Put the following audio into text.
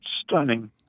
stunning